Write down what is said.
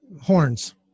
horns